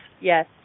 Yes